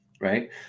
right